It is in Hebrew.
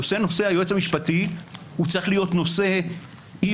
נושא היועץ המשפטי צריך להיות נושא עם